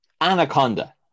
Anaconda